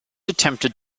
attempted